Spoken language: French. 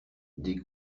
des